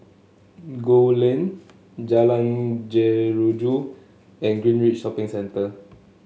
Gul Lane Jalan Jeruju and Greenridge Shopping Centre